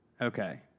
Okay